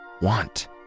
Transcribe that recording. want